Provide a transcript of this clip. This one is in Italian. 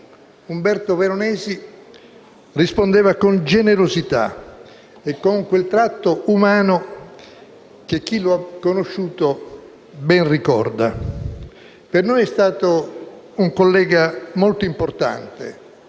Umberto Veronesi rispondeva con generosità e con quel tratto umano che chi lo ha conosciuto ben ricorda. Per noi è stato un collega molto importante,